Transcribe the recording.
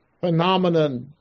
phenomenon